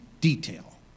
detail